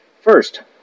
First